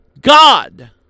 God